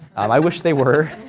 i wish they were,